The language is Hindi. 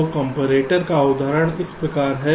तो कॉम्परेटर का उदाहरण इस प्रकार है